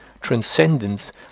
Transcendence